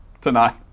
tonight